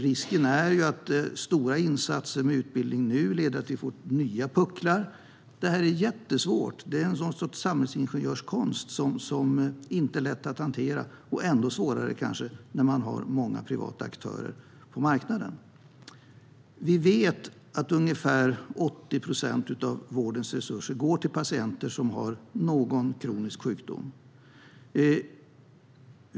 Risken är att stora insatser med utbildning nu leder till att vi får nya pucklar - detta är jättesvårt. Det är en samhällsingenjörskonst som inte är lätt att hantera, och ännu svårare, kanske, när man har många privata aktörer på marknaden. Vi vet att ungefär 80 procent av vårdens resurser går till patienter som har någon kronisk sjukdom.